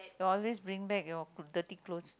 you always bring back your dirty clothes